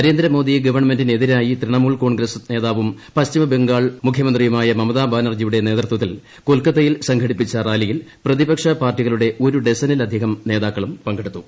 നരേന്ദ്ര മോദി ഗവൺമെന്റിനെതിരായി തൃണമൂൽ കോൺഗ്രസ് നേതാവും പശ്ചിമ ബംഗാൾ മുഖ്യമന്ത്രിയുമായ മമതാ ബാനർജിയുടെ നേതൃത്വത്തിൽ കൊൽക്കത്തയിൽ സംഘടിപ്പിച്ചു റാലിയിൽ പ്രതിപക്ഷ പാർട്ടികളുടെ ഒരു ഡസനിലധിക്കു് ന്നേതാക്കളും പങ്കെടുത്തു